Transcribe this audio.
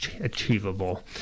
achievable